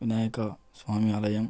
వినాయక స్వామి ఆలయం